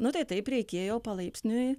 nu tai taip reikėjo palaipsniui